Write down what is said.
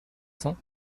cents